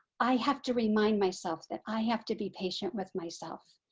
i have to remind myself that i have to be patient with myself.